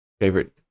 favorite